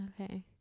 Okay